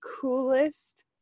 coolest